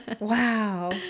Wow